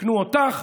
ייקנו אותך,